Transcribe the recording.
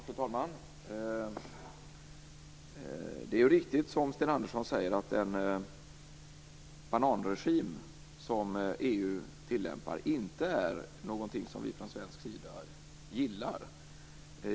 Fru talman! Det är riktigt, som Sten Andersson säger, att den bananregim som EU tillämpar inte är något som vi från svensk sida gillar.